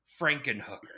Frankenhooker